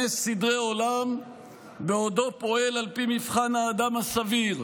סדרי עולם בעודו פועל על פי מבחן האדם הסביר,